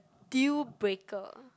deal breaker